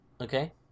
Okay